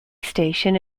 station